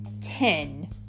Ten